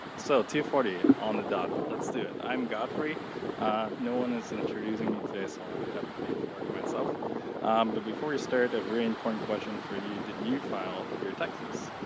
so two forty on the dot, let's do it. i'm godfrey, ah no one is introducing me today so i have to do the work myself but before we start a very important question for you, did you file your taxes?